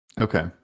okay